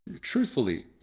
truthfully